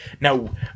Now